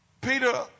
Peter